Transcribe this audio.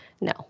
No